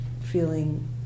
feeling